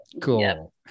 cool